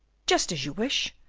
just as you wish.